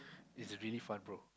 it's really fun bro